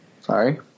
Sorry